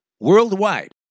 worldwide